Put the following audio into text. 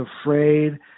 afraid